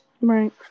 Right